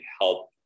help